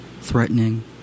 Threatening